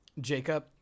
Jacob